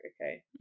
okay